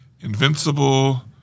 Invincible